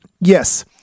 yes